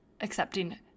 accepting